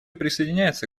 присоединяется